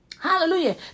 Hallelujah